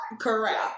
Correct